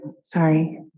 sorry